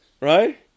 right